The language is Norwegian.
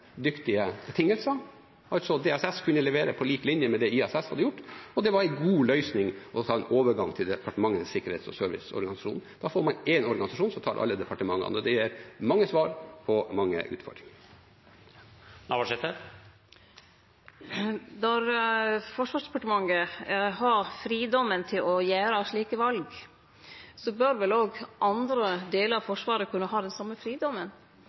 DSS kunne altså levere på lik linje med det ISS hadde gjort, og det var en god løsning å ta en overgang til Departementenes sikkerhets- og serviceorganisasjon. Da får man én organisasjon som tar alle departementene, og det gir mange svar på mange utfordringer. Når Forsvarsdepartementet har fridomen til å gjere slike val, bør vel òg andre delar av Forsvaret kunne ha den